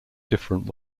different